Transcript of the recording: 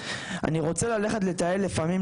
אני רוצה ללכת לטייל לפעמים,